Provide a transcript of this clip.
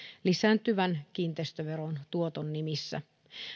lisääntyvän kiinteistöveron tuoton nimissä